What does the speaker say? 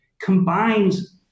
combines